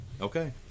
Okay